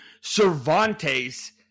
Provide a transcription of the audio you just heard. Cervantes